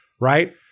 Right